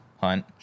hunt